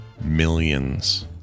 Millions